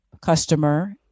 customer